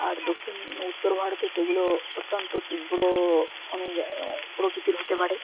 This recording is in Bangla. আর দক্ষিণ উত্তর ভারতে সেগুলো অত্যান্ত তীব্র অনুযায়ী প্রকৃিতির হতে পারে